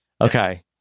Okay